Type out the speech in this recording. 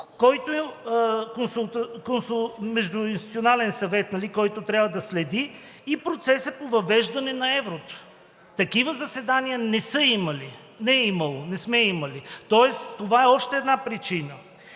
който междуинституционален съвет, който трябва да следи и процеса по въвеждане на еврото. Такива заседания не е имало, не сме имали, тоест това е още една причина